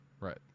Right